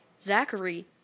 Zachary